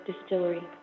Distillery